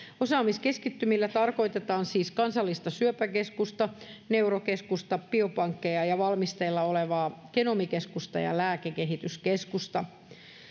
osaamiskeskittymillä tarkoitetaan siis kansallista syöpäkeskusta neurokeskusta biopankkeja ja valmisteilla olevaa genomikeskusta ja lääkekehityskeskusta